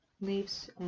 leaves